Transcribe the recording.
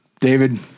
David